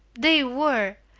they were!